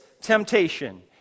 temptation